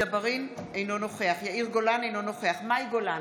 אינו נוכח יאיר גולן, אינו נוכח מאי גולן,